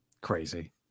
crazy